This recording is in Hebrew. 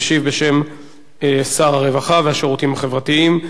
משיב בשם שר הרווחה והשירותים החברתיים.